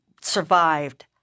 survived